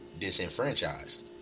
disenfranchised